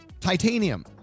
Titanium